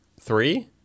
three